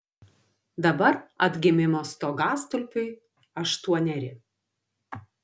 dabar atgimimo stogastulpiui aštuoneri